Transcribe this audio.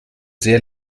sehr